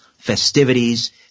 festivities